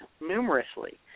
numerously